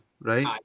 right